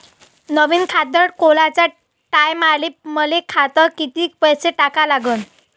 नवीन खात खोलाच्या टायमाले मले खात्यात कितीक पैसे टाका लागन?